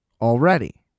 already